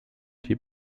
die